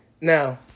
Now